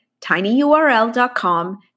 tinyurl.com